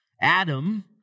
Adam